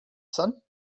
sun